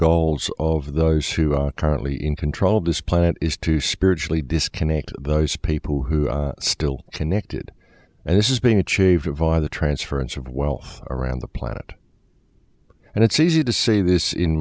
goals of those who are currently in control of this planet is to spiritually disconnect those people who are still connected and this is being achieved via the transference of well around the planet and it's easy to say this in